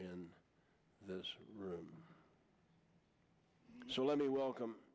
in this room so let me welcome